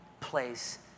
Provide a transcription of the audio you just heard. place